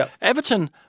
Everton